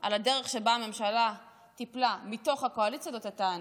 על הדרך שבה הממשלה טיפלה מתוך הקואליציה זו הייתה אני,